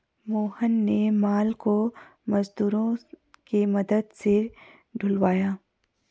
मोहन ने माल को मजदूरों के मदद से ढूलवाया